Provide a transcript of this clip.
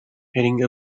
heading